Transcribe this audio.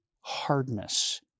hardness